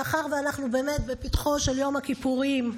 מאחר שאנחנו באמת בפתחו של יום הכיפורים,